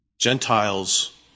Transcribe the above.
Gentiles